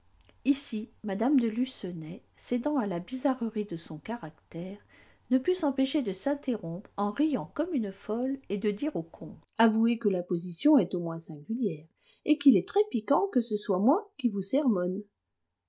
ici mme de lucenay cédant à la bizarrerie de son caractère ne put s'empêcher de s'interrompre en riant comme une folle et de dire au comte avouez que la position est au moins singulière et qu'il est très piquant que ce soit moi qui vous sermonne